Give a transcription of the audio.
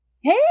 Hey